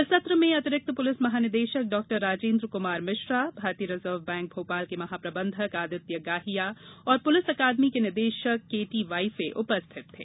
इस सत्र में अंतिरिक्त पुलिस महानिदेशक डॉ राजेन्द्र कुमार मिश्रा भारतीय रिजर्व बैंक भोपाल के महाप्रबंधक आदित्य गाहिया और पुलिस अकादमी के निदेशक केटीवाइफे उपस्थित थे